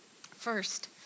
First